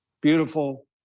beautiful